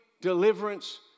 deliverance